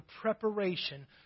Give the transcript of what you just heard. preparation